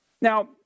Now